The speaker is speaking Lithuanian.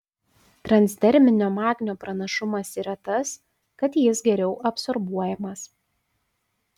transderminio magnio pranašumas yra tas kad jis geriau absorbuojamas